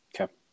okay